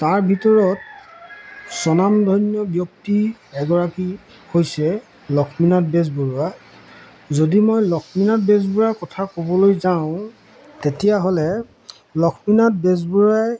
তাৰ ভিতৰত স্বনামধন্য ব্যক্তি এগৰাকী হৈছে লক্ষ্মীনাথ বেজবৰুৱা যদি মই লক্ষ্মীনাথ বেজবৰুৱাৰ কথা ক'বলৈ যাওঁ তেতিয়াহ'লে লক্ষ্মীনাথ বেজবৰুৱাই